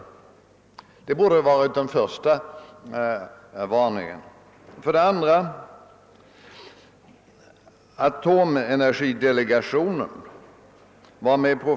Det borde ha varit den första varningen.